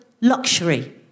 luxury